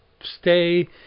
stay